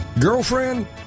Girlfriend